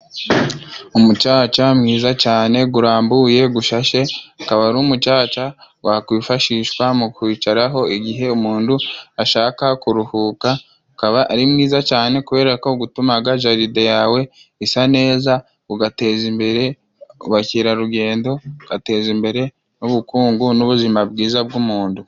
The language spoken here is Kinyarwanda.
Umucaca mwiza cane gurambuye gushashe, akaba ari umucaca gwakwifashishwa mu kwicaraho igihe umundu ashaka kuruhuka. Ukaba ari mwiza cane kubera ko gutumaga jalide yawe isa neza, ugateza imbere ubukerarugendo, ugateza imbere n'ubukungu n'ubuzima bwiza bw'umundu.